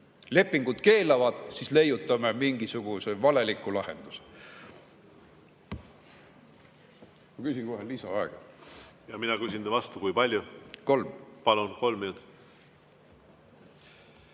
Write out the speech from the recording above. lepingud keelavad, siis leiutame mingisuguse valeliku lahenduse. Ma küsin kohe lisaaega. Ja mina küsin vastu: kui palju? Ja mina küsin